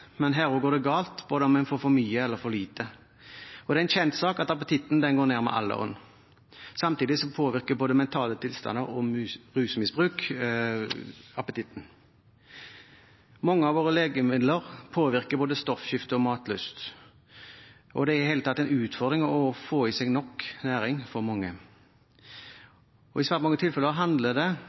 men også her går det galt både om man får for mye eller for lite. Det er en kjent sak at appetitten går ned med alderen. Samtidig påvirker både mentale tilstander og rusmisbruk appetitten. Mange av våre legemidler påvirker både stoffskifte og matlyst. Det er i det hele tatt en utfordring å få i seg nok næring for mange. I svært mange tilfeller handler det om at helsepersonell ser behovene og har tid til å følge opp. Det